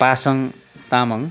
Pasang Tamang